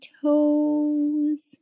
toes